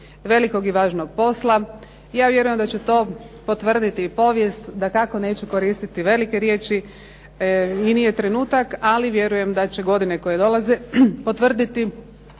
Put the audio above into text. velikog i važnog posla. Ja vjerujem da će to potvrditi povijest. Dakako neću koristiti velike riječi i nije trenutak, ali vjerujem da će godine koje dolaze potvrditi